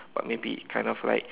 but maybe kind of like